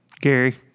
Gary